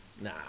Nah